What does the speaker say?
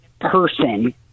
person